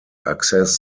access